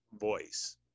voice